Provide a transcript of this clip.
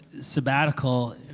sabbatical